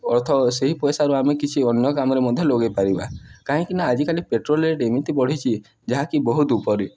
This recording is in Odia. ଅର୍ଥ ସେଇ ପଇସାରୁ ଆମେ କିଛି ଅନ୍ୟ କାମରେ ମଧ୍ୟ ଲଗାଇ ପାରିବା କାହିଁକିନା ଆଜିକାଲି ପେଟ୍ରୋଲ ରେଟ୍ ଏମିତି ବଢ଼ିଛି ଯାହାକି ବହୁତ ଉପରେ